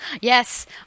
Yes